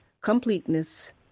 completeness